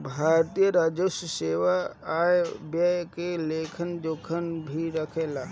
भारतीय राजस्व सेवा आय व्यय के लेखा जोखा भी राखेले